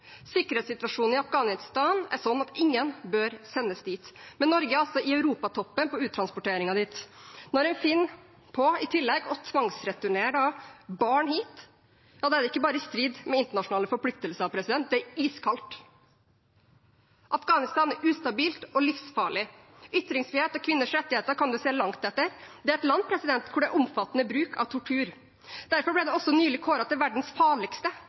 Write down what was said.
Sikkerhetssituasjonen i Afghanistan er slik at ingen bør sendes dit, men Norge er altså i europatoppen på uttransporteringer dit. Når en i tillegg finner på å tvangsreturnere barn dit, er det ikke bare i strid med internasjonale forpliktelser, det er iskaldt. Afghanistan er ustabilt og livsfarlig. Ytringsfrihet og kvinners rettigheter kan man se langt etter. Det er et land hvor det er omfattende bruk av tortur. Derfor ble det også nylig kåret til verdens farligste